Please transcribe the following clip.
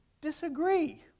disagree